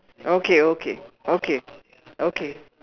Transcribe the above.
okay okay okay okay